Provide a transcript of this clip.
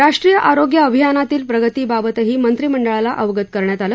राष्ट्रीय आरोग्य अभियानातील प्रगतीबाबतही मंत्रिमंडळाला अवगत करण्यात आलं